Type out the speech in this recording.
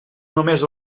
només